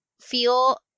feel